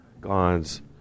gods